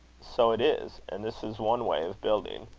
so it is and this is one way of building.